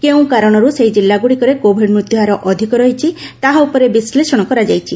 କେଉଁ କାରଣରୁ ସେହି ଜିଲ୍ଲାଗୁଡ଼ିକରେ କୋଭିଡ୍ ମୃତ୍ୟୁହାର ଅଧିକ ରହିଛି ତାହା ଉପରେ ବିଶ୍ଳେଷଣ କରାଯାଇଛି